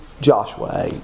Joshua